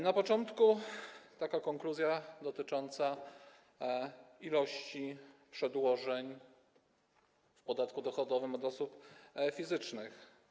Na początku konkluzja dotycząca ilości przedłożeń o podatku dochodowym od osób fizycznych.